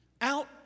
out